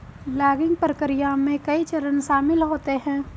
logging प्रक्रिया में कई चरण शामिल होते है